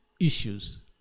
issues